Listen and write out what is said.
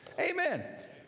Amen